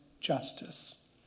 justice